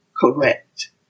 correct